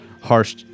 Harsh